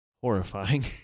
Horrifying